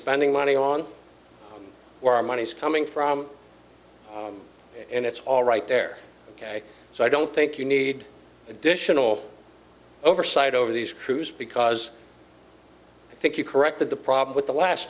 spending money on where our money's coming from and it's all right there ok so i don't think you need additional oversight over these crews because i think you corrected the problem with the last